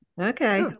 Okay